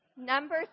Number